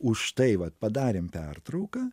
už tai vat padarėm pertrauką